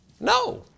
No